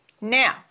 now